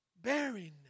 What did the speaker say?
bearing